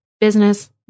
business